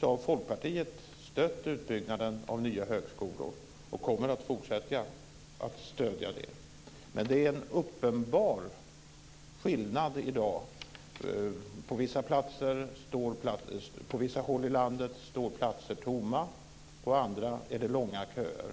har vi i Folkpartiet stött utbyggnaden av nya högskolor, och vi kommer att fortsätta att stödja det. Men det är i dag en uppenbar skillnad. På vissa håll i landet står platser tomma. På andra är det långa köer.